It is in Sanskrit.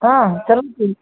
हा चलतु